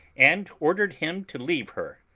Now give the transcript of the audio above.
and ordered him to leave her.